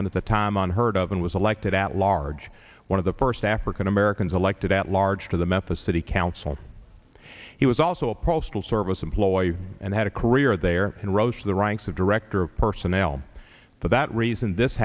n at the time and heard of and was elected at large one of the first african americans elected at large for the meth a city council he was also a pro still service employee and had a career there and rose to the ranks of director of personnel for that reason this